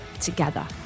together